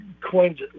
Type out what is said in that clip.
coins